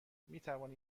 میتوانی